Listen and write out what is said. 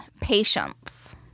Patience